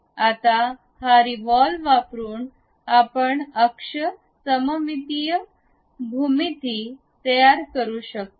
आता हा रिवॉव्ल वापरुन आपण अक्ष सममितीय भूमिती तयार करू शकतो